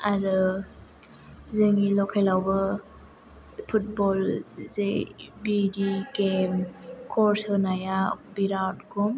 आरो जोंनि लकेलावबो फुटबल जे बिदि गेम कर्स होनाया बिराद खम